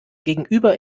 gegenüber